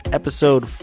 episode